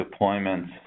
deployments